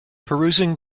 perusing